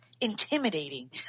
intimidating